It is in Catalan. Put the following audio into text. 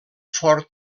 fort